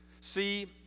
see